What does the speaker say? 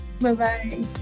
Bye-bye